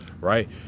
right